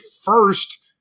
first